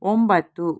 ಒಂಬತ್ತು